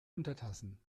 untertassen